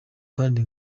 kandi